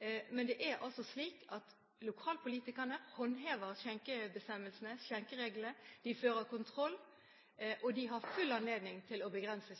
Det er altså slik at lokalpolitikerne håndhever skjenkebestemmelsene – skjenkereglene – de fører kontroll, og de har full anledning til å begrense